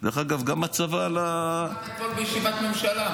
דרך אגב גם הצבא --- מה הלך אתמול בישיבת ממשלה?